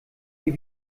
ihr